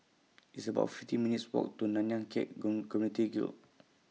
It's about fifty minutes' Walk to Nanyang Khek Community Guild